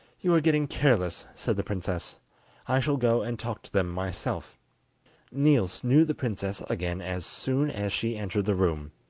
you are getting careless said the princess i shall go and talk to them myself niels knew the princess again as soon as she entered the room,